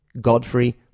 Godfrey